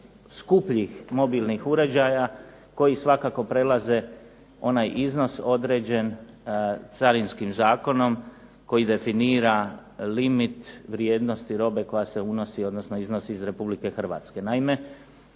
skupljih mobilnih uređaja koji svakako prelaze onaj iznos određen Carinskim zakonom koji definira limit vrijednosti robe koja se unosi odnosno iznosi iz Republike Hrvatske. Naime